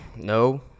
No